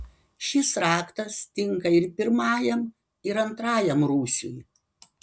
šis raktas tinka ir pirmajam ir antrajam rūsiui